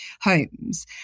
homes